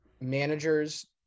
managers